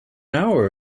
hour